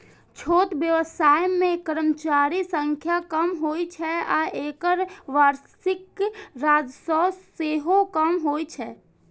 छोट व्यवसाय मे कर्मचारीक संख्या कम होइ छै आ एकर वार्षिक राजस्व सेहो कम होइ छै